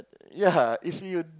ya if you